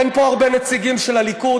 אין פה הרבה נציגים של הליכוד,